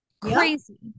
crazy